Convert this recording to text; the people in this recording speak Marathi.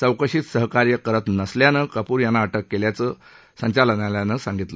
चौकशीत सहकार्य करत नसल्यानं कपूर यांना अटक केल्याचं आल्याचं संचालनालयानं सांगितलं